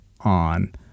on